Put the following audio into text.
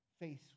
face